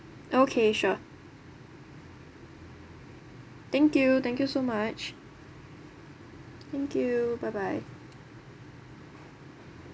okay sure thank you thank you so much thank you bye bye